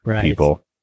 people